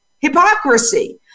hypocrisy